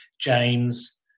james